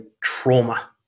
trauma